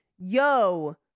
yo